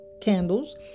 candles